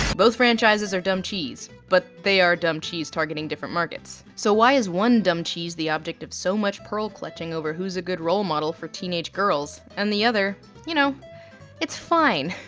both franchises are dumb cheese, but they are dumb cheese targeting different markets. so why is one dumb cheese the object of so much pearl clutching over who's a good role model for teenage girls and the other you know it's fine?